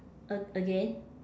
a~ again